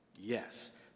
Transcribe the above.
yes